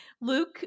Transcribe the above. luke